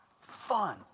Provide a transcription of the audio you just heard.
fun